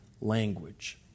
Language